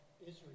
Israel